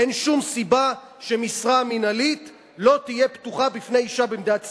אין שום סיבה שמשרה מינהלית לא תהיה פתוחה בפני אשה במדינת ישראל.